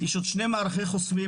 יש עוד שני מערכי חוסמים,